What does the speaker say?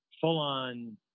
full-on –